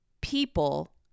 people